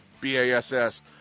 BASS